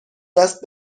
دست